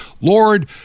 Lord